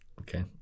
Okay